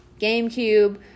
GameCube